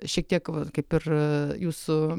šiek tiek vat kaip ir jūsų